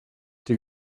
die